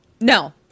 No